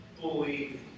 believe